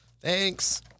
thanks